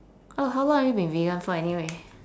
oh how long have you been vegan for anyway